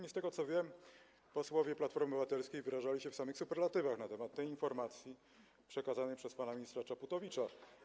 Jak wiem, posłowie Platformy Obywatelskiej wyrażali się w samych superlatywach na temat tej informacji przekazanej przez pana ministra Czaputowicza.